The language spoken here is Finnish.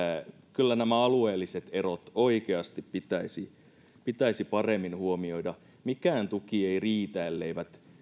kyllä nämä alueelliset erot oikeasti pitäisi pitäisi paremmin huomioida mikään tuki ei riitä ellei